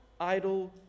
Idle